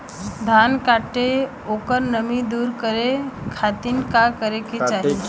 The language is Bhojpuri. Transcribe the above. धान कांटेके ओकर नमी दूर करे खाती का करे के चाही?